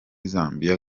zambia